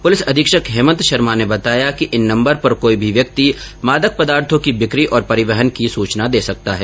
प्रलिस अधीक्षक हेमंत शर्मा ने बताया कि इन नम्बर पर कोई भी व्यक्ति मादक पदार्थो की बिकी और परिवहन की सूचना दे सकता है